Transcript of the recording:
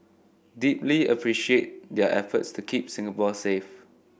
deeply appreciate their efforts to keep Singapore safe